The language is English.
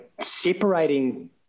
separating